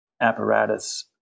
apparatus